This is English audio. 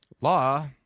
Law